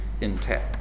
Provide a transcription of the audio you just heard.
intact